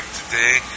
today